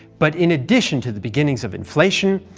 but in addition to the beginnings of inflation,